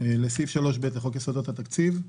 לסעיף 3ב לחוק יסודות התקציב,